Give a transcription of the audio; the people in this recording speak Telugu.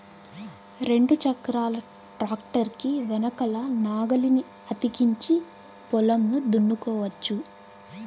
రెండు చక్రాల ట్రాక్టర్ కి వెనకల నాగలిని అతికించి పొలంను దున్నుకోవచ్చు